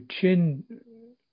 chin